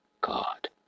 God